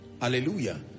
Hallelujah